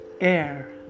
Air